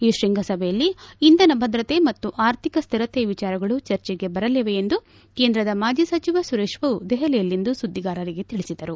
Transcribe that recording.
ಈ ಶೃಂಗಸಭೆಯಲ್ಲಿ ಇಂಧನ ಭದ್ರತೆ ಮತ್ತು ಆರ್ಥಿಕ ಸ್ಲಿರತೆ ವಿಚಾರಗಳು ಚರ್ಚೆಗೆ ಬರಲಿವೆ ಎಂದು ಕೇಂದ್ರದ ಮಾಜಿ ಸಚಿವ ಸುರೇಶ್ ಪ್ರಭು ದೆಹಲಿಯಲ್ಲಿಂದು ಸುದ್ಲಿಗಾರರಿಗೆ ತಿಳಿಸಿದರು